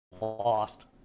lost